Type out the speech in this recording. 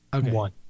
one